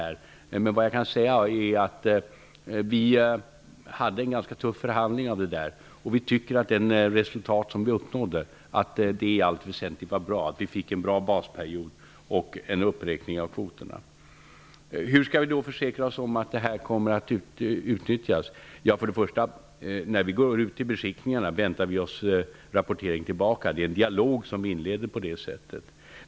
Men vad jag kan säga är att vi hade en ganska tuff förhandling om detta. Vi tycker att det resultat som vi uppnådde i allt väsentligt är bra. Vi fick en bra basperiod och en uppräkning av kvoterna. Hur skall vi försäkra oss om att det här kommer att utnyttjas? Ja, först och främst väntar vi oss när vi går ut till beskickningarna rapportering tillbaka. Det är en dialog som vi inleder på det sättet.